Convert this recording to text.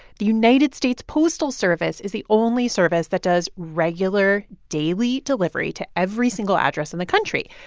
the united states postal service is the only service that does regular daily delivery to every single address in the country.